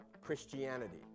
Christianity